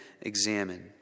examine